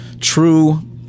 true